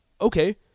okay